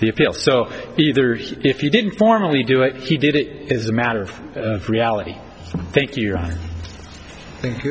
the appeal so either if you didn't formally do it he did it as a matter of reality thank you thank